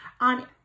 on